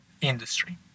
industry